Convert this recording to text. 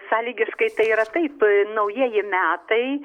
sąlygiškai tai yra taip naujieji metai